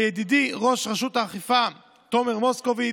לידידי ראש רשות האכיפה תומר מוסקוביץ,